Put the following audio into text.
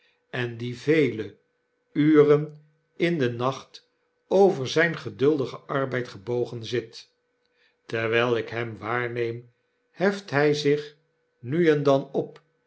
en die vele uren in den nacht over zyn geduldigen arbeid gebogen zit terwyl ik hem waarneem heft hij zich nu en dan op